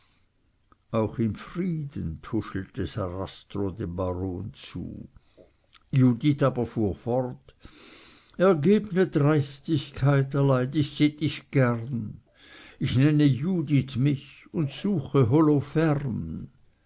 auch im frieden tuschelte sarastro dem baron zu judith aber fuhr fort ergebne dreistigkeit erleid ich sittig gern ich nenne judith mich und suche